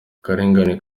akarengane